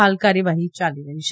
હાલ કાર્યવાહી યાલી રહી છે